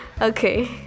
Okay